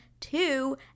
two